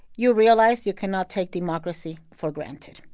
you realize you cannot take democracy for granted,